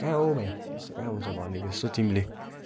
कहाँ हो भाइ त्यसो कहाँ हुन्छ भनेको जस्तो तिमीले